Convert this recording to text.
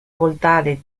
voltare